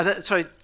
Sorry